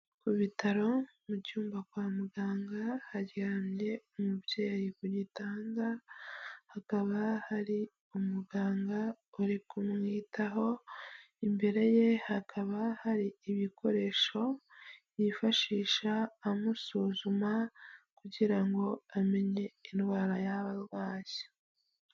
Ku bitaro mu cyumba kwa muganga haryamye umubyeyi ku gitanda, hakaba hari umuganga uri kumwitaho, imbere ye hakaba hari ibikoresho yifashisha amusuzuma, kugira ngo amenye indwara yaba arwaye.